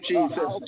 Jesus